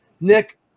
Nick